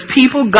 people